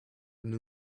new